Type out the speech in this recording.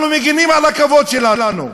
אנחנו מגינים על הכבוד שלנו,